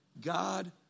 God